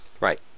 Right